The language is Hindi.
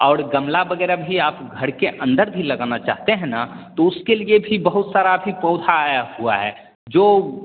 और गमला वगैरह भी आप घर के अंदर भी लगाना चाहते हें न तो उसके लिये भी बहुत सारा अभी पौधा आया हुवा हैं जो